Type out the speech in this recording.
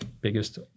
biggest